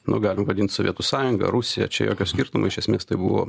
nu galim vadint sovietų sąjunga rusija čia jokio skirtumo iš esmės tai buvo